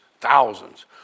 thousands